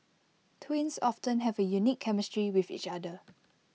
twins often have A unique chemistry with each other